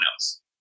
else